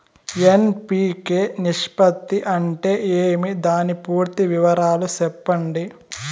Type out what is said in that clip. NPK నిష్పత్తి అంటే ఏమి దాని పూర్తి వివరాలు సెప్పండి?